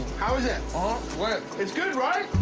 how is it? ah it's good, right?